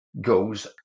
goes